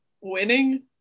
winning